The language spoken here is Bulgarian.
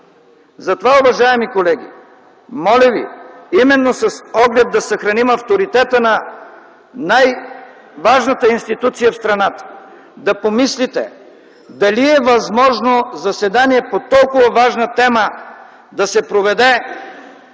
Затова, уважаеми колеги, моля ви, именно с оглед да съхраним авторитета на най-важната институция в страната, да помислите дали е възможно заседание по толкова важна тема да се проведе